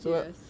serious